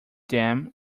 dam